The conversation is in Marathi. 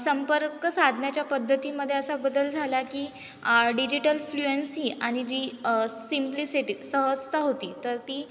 संपर्क साधण्याच्या पद्धतीमध्ये असा बदल झाला की डिजिटल फ्लुएन्सी आणि जी सिम्प्लिसिटी सहजता होती तर ती